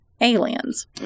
Aliens